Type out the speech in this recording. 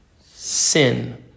sin